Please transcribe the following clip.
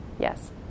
yes